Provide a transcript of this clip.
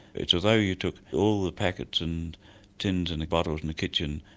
it's as though you took all the packets and tins and the bottles in the kitchen,